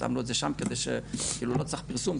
שמנו את זה שם כדי שלא צריך פרסום,